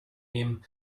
nehmen